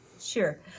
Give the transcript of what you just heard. Sure